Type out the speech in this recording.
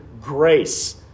grace